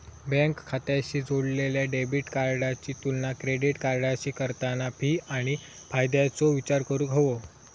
bank खात्याशी जोडलेल्या debit कार्डाची तुलना क्रेडिट कार्डाशी करताना फी आणि फायद्याचो विचार करूक हवो